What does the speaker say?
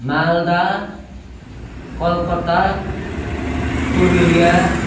Malda Calcutta Purulia